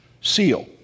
Seal